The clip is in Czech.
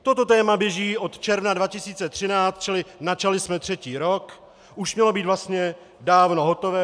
Toto téma běží od června 2013, čili načali jsme třetí rok, už mělo být vlastně dávno hotové.